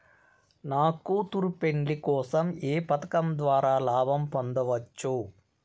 నా కూతురు పెళ్లి కోసం ఏ పథకం ద్వారా లాభం పొందవచ్చు?